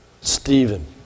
Stephen